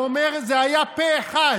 הוא אומר: זה היה פה אחד.